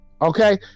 Okay